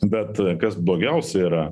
bet kas blogiausia yra